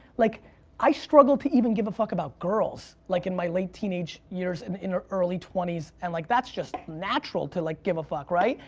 like i struggled to even give a fuck about girls like in my late teenage years and ah early twenty s and like that's just natural to like give a fuck, right?